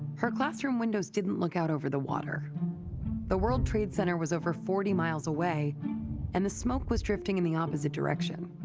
her classroom windows didn't look out over the water the world trade center was over forty miles away and the smoke was drifting in the opposite direction